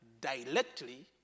directly